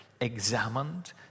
examined